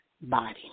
body